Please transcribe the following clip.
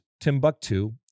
Timbuktu